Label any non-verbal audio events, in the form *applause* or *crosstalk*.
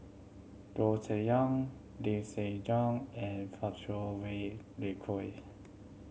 Goh Cheng Liang Lim Siong Guan and Fang Kuo Wei *unintelligible*